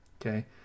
Okay